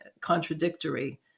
contradictory